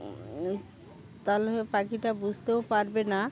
তাহলে পাখিটা বুঝতেও পারবে না